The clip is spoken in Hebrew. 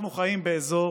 אנחנו חיים באזור